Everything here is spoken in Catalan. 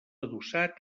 adossat